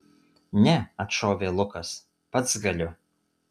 ne atšovė lukas pats galiu